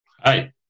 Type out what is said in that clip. Hi